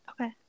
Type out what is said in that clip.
Okay